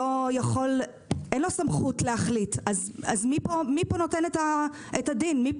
אין לו סמכות להחליט אז מי פה נותן את הדין?